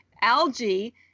algae